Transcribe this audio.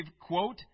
quote